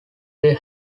they